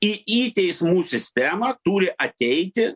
į teismų sistemą turi ateiti